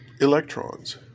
electrons